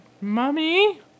Mommy